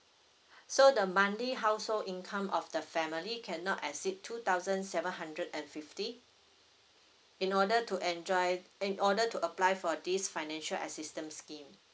so the monthly household income of the family cannot exceed two thousand seven hundred and fifty in order to enjoy in order to apply for this financial assistance scheme